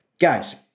Guys